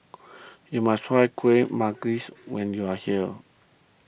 you must try Kuih Manggis when you are here